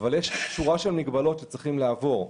אבל יש שורה של מגבלות שצריכים לעבור.